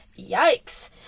Yikes